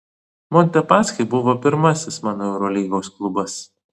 montepaschi buvo pirmasis mano eurolygos klubas